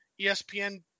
ESPN